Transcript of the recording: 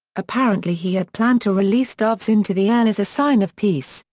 apparently he had planned to release doves into the air as a sign of peace,